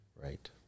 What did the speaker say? Right